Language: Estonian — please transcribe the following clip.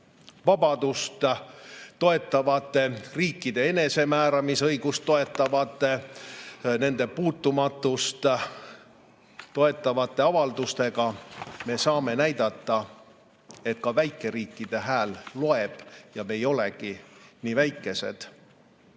vabadust toetavate, riikide enesemääramisõigust toetavate, nende puutumatust toetavate avaldustega me saame näidata, et ka väikeriikide hääl loeb ja me ei olegi nii väikesed.